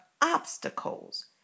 obstacles